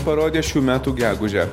parodė šių metų gegužę